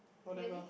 whatever